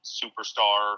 superstar